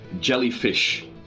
jellyfish